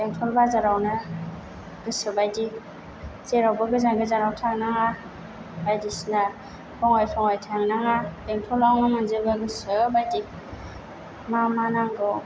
बेंथल बाजारावनो गोसो बाइदि जेरावबो गोजान गोजानाव थांनाङा बाइदिसिना बङाइ सङाइ थांनाङा बेंथलावनो मोनजोबो गोसो बाइदि मा मा नांगौ